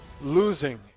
losing